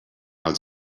els